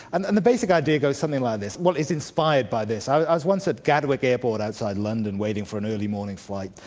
and and the basic idea goes something like this, well, is inspired by this i was once at gatwick airport, outside london, waiting for an early morning flight.